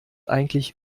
eigentlich